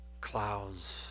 clouds